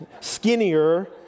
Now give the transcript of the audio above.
skinnier